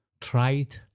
tried